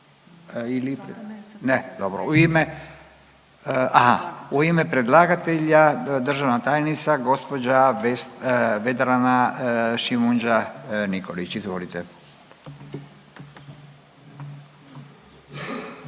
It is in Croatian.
ime, aha, u ime predlagatelja državna tajnica gospođa Vedrana Šimundža Nikolić. Izvolite.